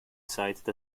cited